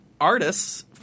artists